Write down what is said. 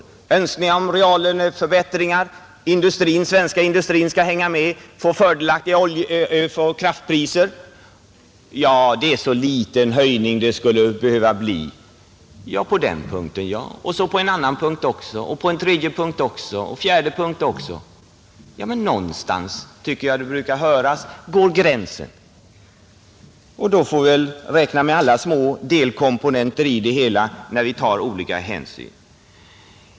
Det gäller önskningar om reallöneförbättringar, det gäller att den svenska ekonomin skall hänga med och skall få fördelaktiga kraftpriser. Man säger att det skulle behöva bli en så liten höjning. På den punkten, ja — och så på en andra och en tredje och en fjärde punkt. Men någonstans, tycker jag man brukar höra sägas, går gränsen, och då får vi väl räkna med alla små komponenter i det hela, när vi tar olika hänsyn.